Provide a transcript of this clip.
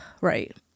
right